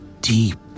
Deep